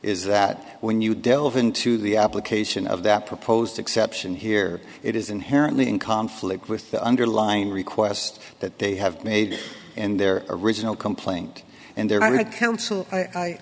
is that when you delve into the application of that proposed exception here it is inherently in conflict with the underlying request that they have made and their original complaint and they're going to counsel i